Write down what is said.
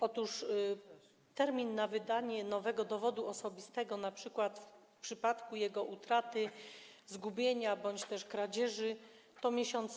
Otóż termin na wydanie nowego dowodu osobistego np. w przypadku jego utraty, zgubienia bądź kradzieży to miesiąc.